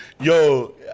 Yo